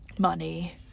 money